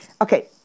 okay